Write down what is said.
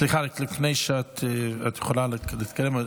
סליחה, את יכולה להתקדם.